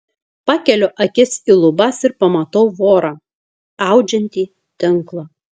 pakeliu akis į lubas ir pamatau vorą audžiantį tinklą